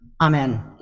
amen